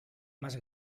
más